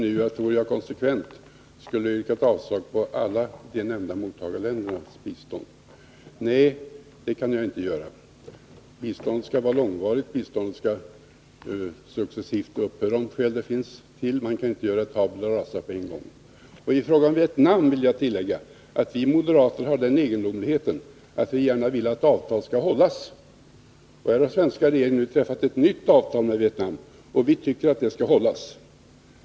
Herr talman! Fru Sigurdsen säger nu att jag, om jag vore konsekvent, skulle yrka avslag på biståndet till alla de nämnda mottagarländerna. Nej, det kan jag inte göra. Bistånd skall vara långvarigt, och när det finns skäl till att det skall upphöra skall det ske successivt. Man kan inte göra tabula rasa på en gång. I fråga om Vietnam vill jag tillägga att vi moderater har den egendomligheten att vi gärna vill att avtal skall hållas. Den svenska regeringen har nu träffat ett nytt avtal med Vietnam, och vi tycker att det skall hållas.